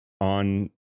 on